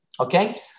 Okay